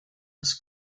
des